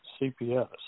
cps